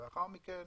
לאחר מכן,